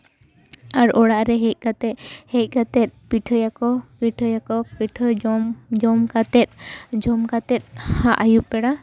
ᱟᱨ ᱚᱲᱟᱜ ᱨᱮ ᱦᱮᱡ ᱠᱟᱛᱮ ᱦᱮᱡ ᱠᱟᱛᱮ ᱯᱤᱴᱷᱟᱹᱭᱟᱠᱚ ᱯᱤᱴᱷᱟᱹᱭᱟᱠᱚ ᱯᱷᱤᱴᱷᱟᱹ ᱡᱚᱢ ᱡᱚᱢ ᱠᱟᱛᱮ ᱡᱚᱢ ᱠᱟᱛᱮ ᱟᱭᱩᱵ ᱵᱮᱲᱟ